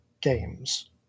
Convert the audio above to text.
games